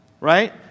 right